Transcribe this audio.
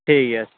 ᱴᱷᱤᱠ ᱜᱮᱭᱟ